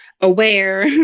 aware